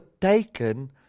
taken